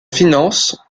finance